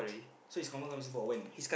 so he's confirm coming Singapore when